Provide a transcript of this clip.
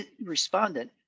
respondent